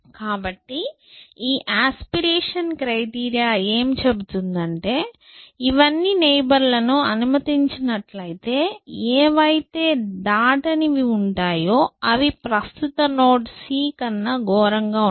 కాబట్టి ఈ ఆస్పిరేషన్ క్రైటీరియాఏమి చెబుతుందంటే ఇవన్నీ నైబర్ లని అనుమతించినట్లయితే ఏవైతే దాటనివి ఉంటాయో ఆవి ప్రస్తుత నోడ్ c కన్నా ఘోరంగా ఉంటాయి